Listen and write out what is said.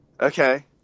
Okay